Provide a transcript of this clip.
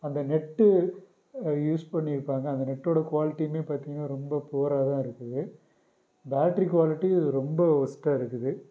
அந்த net use பண்ணியிருப்பாங்க அந்த நெட்டோடய குவாலிட்டியுமே பார்த்தீங்கன்னா ரொம்ப புவராக தான் இருக்குது பேட்டரி குவாலிட்டி ரொம்ப ஒர்ஸ்ட்டாக இருக்குது